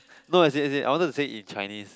no as in as in I wanted to say in Chinese